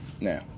now